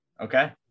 Okay